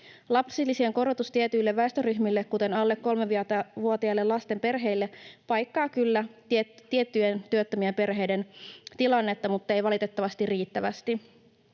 Lapsilisien korotus tietyille väestöryhmille, kuten alle kolmevuotiaiden lasten perheille, paikkaa kyllä tiettyjen työttömien perheiden tilannetta, mutta ei valitettavasti riittävästi.